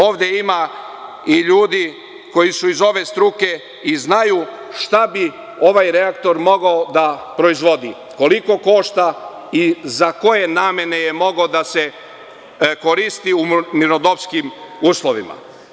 Ovde ima ljudi koji su iz ove struke i znaju šta bi ovaj reaktor mogao da proizvodi, koliko košta i za koje namene je mogao da se koristi u mirnodopskim uslovima.